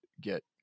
get